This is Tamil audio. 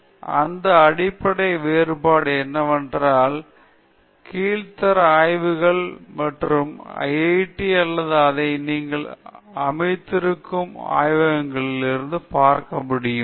எனவே அந்த அடிப்படை வேறுபாடு என்னவென்றால் கீழ் தர ஆய்வகங்கள் மற்றும் ஐஐடி அல்லது அதை நீங்கள் அமைத்திருக்கும் ஆய்வகங்களில் இருந்து பார்க்க முடியும்